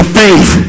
faith